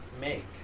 make